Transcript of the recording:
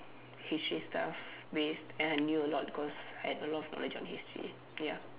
history stuff based and I knew a lot cause I had a lot of knowledge on history ya